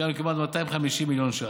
הגענו כמעט ל-250 מיליון ש"ח.